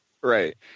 Right